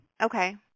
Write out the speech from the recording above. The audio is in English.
Okay